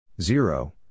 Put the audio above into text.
zero